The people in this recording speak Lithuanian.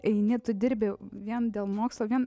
eini tu dirbi vien dėl mokslo vien